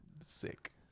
Sick